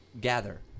gather